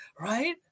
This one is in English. right